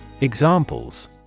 Examples